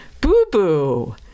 Boo-boo